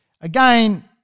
Again